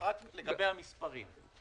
רק לגבי המספרים.